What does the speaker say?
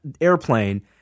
airplane